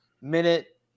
minute